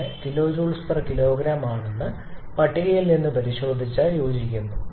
81 kJ kg ആണെന്ന് പട്ടികയിൽ നിന്ന് പരിശോധിച്ചാൽ യോജിക്കുന്നു